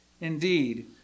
Indeed